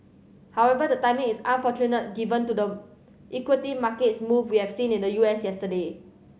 however the timing is unfortunate given to the equity market is moved we have seen in the U S yesterday